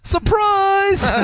Surprise